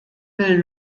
will